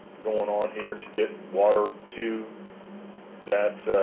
going on here to get water to that